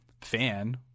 fan